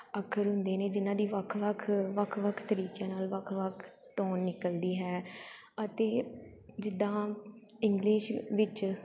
ਅੱਖਰ ਹੁੰਦੇ ਨੇ ਜਿਹਨਾਂ ਦੀ ਵੱਖ ਵੱਖ ਵੱਖ ਵੱਖ ਤਰੀਕਿਆਂ ਨਾਲ ਵੱਖ ਵੱਖ ਟੋਨ ਨਿਕਲਦੀ ਹੈ ਅਤੇ ਜਿੱਦਾਂ ਇੰਗਲਿਸ਼ ਵਿੱਚ